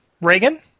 Reagan